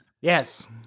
Yes